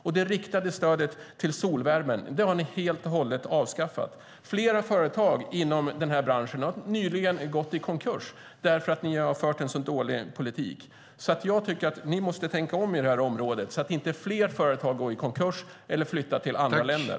Och det riktade stödet till solvärmen har ni helt och hållet avskaffat. Flera företag inom den här branschen har nyligen gått i konkurs, därför att ni har fört en så dålig politik. Jag tycker att ni måste tänka om på det här området, så att inte fler företag går i konkurs eller flyttar till andra länder.